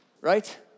Right